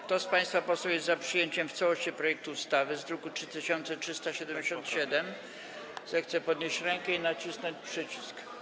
Kto z państwa posłów jest za przyjęciem w całości projektu ustawy w brzmieniu z druku nr 3377, zechce podnieść rękę i nacisnąć przycisk.